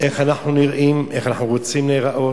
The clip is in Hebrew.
איך אנחנו נראים, איך אנחנו רוצים להיראות.